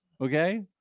Okay